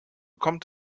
kommt